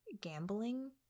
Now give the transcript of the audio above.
gambling